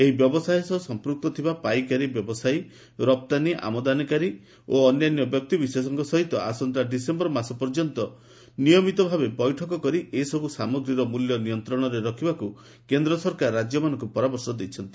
ଏହି ବ୍ୟବସାୟ ସହ ସଂପୃକ୍ତ ଥିବା ପାଇକାରୀ ବ୍ୟବସାୟୀ ରପ୍ତାନୀ ଆମଦାନୀକାରୀ ଓ ଅନ୍ୟାନ୍ୟ ବ୍ୟକ୍ତିବିଶେଷଙ୍କ ସହିତ ଆସନ୍ତା ଡିସେମ୍ବର ମାସ ପର୍ଯ୍ୟନ୍ତ ନିୟମିତ ଭାବେ ବୈଠକ କରି ଏସବୁ ସାମଗ୍ରୀର ମୂଲ୍ୟ ନିୟନ୍ତ୍ରଣରେ ରଖିବାକୁ କେନ୍ଦ୍ର ସରକାର ରାଜ୍ୟମାନଙ୍କୁ ପରାମର୍ଶ ଦେଇଛନ୍ତି